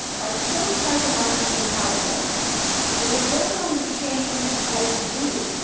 are so psychologically powerful that they don't only change what we do,